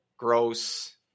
Gross